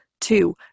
Two